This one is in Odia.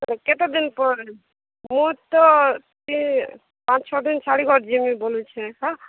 କେତେଦିନ ପରେ ମୁଁ ତ ଏ ପାଞ୍ଚ ଛଅ ଦିନି ଛାଡ଼ିକରି ଯିମି ବୋଲୁଛେଁ